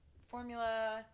formula